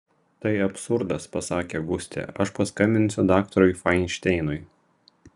tai absurdas pasakė gustė aš paskambinsiu daktarui fainšteinui